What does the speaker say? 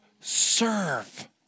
serve